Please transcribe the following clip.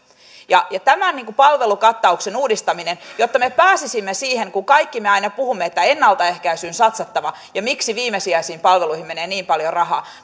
ja ja tämän palvelukattauksen uudistaminen jotta me pääsisimme siihen kun kaikki me aina puhumme että ennaltaehkäisyyn on satsattava ja miksi viimesijaisiin palveluihin menee niin paljon rahaa